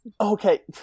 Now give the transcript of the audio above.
Okay